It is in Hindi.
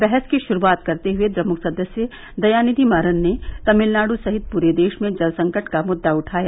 बहस की शुरूआत करते हुए द्रमुक सदस्य दयानिधि मारन ने तमिलनाडु सहित पूरे देश में जल संकट का मुद्दा उठाया